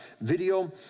video